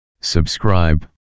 subscribe